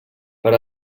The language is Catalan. per